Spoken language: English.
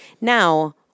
Now